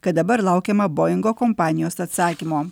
kad dabar laukiama boingo kompanijos atsakymo